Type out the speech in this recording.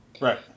Right